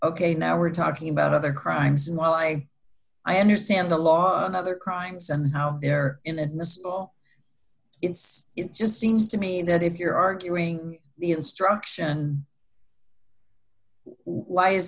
ok now we're talking about other crimes while i i understand the law and other crimes and how they're in and it's just seems to me that if you're arguing the instruction why is